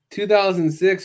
2006